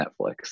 Netflix